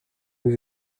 nous